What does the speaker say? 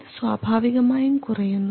ഇത് സ്വാഭാവികമായും കുറയുന്നു